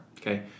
Okay